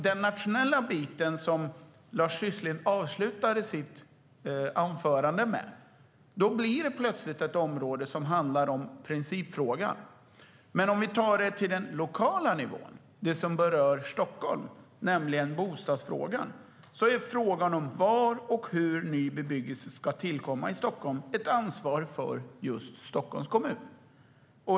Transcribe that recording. Den nationella biten, som Lars Tysklind avslutade sitt anförande med, handlar om principfrågan. Om vi däremot tar det till den lokala nivån, det som berör Stockholm, nämligen bostadsfrågan, är frågan om var och hur ny bebyggelse ska tillkomma i Stockholm ett ansvar för just Stockholms kommun.